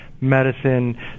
Medicine